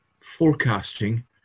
forecasting